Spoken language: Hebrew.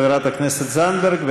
חברת הכנסת זנדברג,